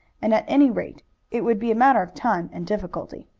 and at any rate it would be a matter of time and difficulty.